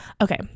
Okay